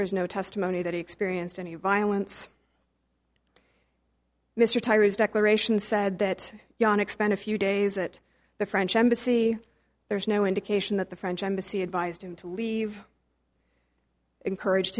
there is no testimony that he experienced any violence mr tyreese declaration said that yanick spend a few days at the french embassy there's no indication that the french embassy advised him to leave encouraged